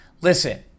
listen